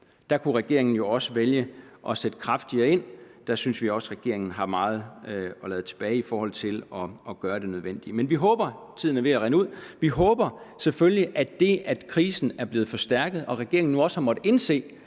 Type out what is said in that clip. Der kunne regeringen jo også vælge at sætte kraftigere ind; der synes vi også regeringen har meget at lade tilbage at ønske i forhold til at gøre det nødvendige. Taletiden er ved at rinde ud – men vi håber selvfølgelig, at det, at krisen er blevet forstærket og regeringen nu også har måttet indse,